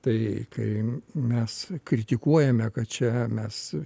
tai kai mes kritikuojame kad čia mes